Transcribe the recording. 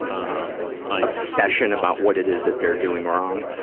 um ah obsession about what it is that they're doing wrong?